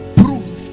proof